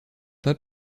pas